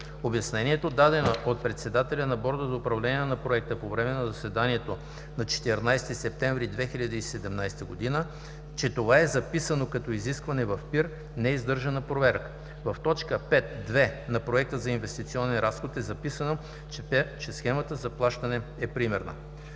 Обяснението, дадено от председателят на Борда по време на заседанието на 14 септември 2017 г., че това е записано като изискване в ПИР не издържа на проверка – в т. 5.2 на Проект на инвестиционен разход е записано, че схемата за плащане е примерна.